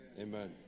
Amen